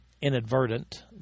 inadvertent